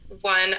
one